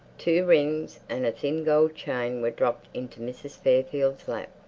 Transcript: two rings and a thin gold chain were dropped into mrs fairfield's lap.